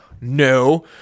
No